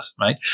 right